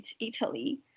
Italy